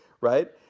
right